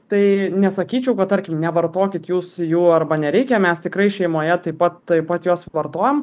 tai nesakyčiau kad tarkim nevartokit jūs jų arba nereikia mes tikrai šeimoje taip pat taip pat juos vartojam